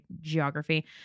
geography